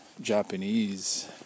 Japanese